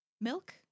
milk